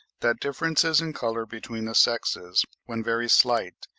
that differences in colour between the sexes, when very slight,